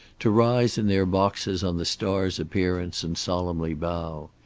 to rise in their boxes on the star's appearance and solemnly bow.